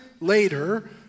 later